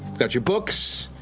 got your books,